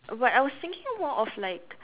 but I was thinking more of like